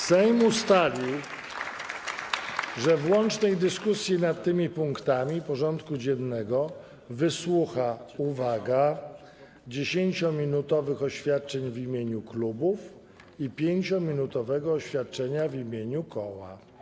Sejm ustalił, że w łącznej dyskusji nad tymi punktami porządku dziennego wysłucha, uwaga, 10-minutowych oświadczeń w imieniu klubów i 5-minutowego oświadczenia w imieniu koła.